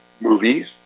movies